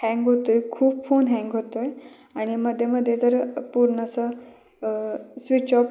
hang होतो आहे खूप फोन हँग होतो आहे आणि मध्ये मध्ये तर पूर्ण असं स्विच ऑफ